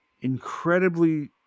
incredibly